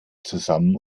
zusammen